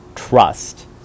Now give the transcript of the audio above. trust